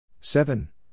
Seven